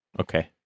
Okay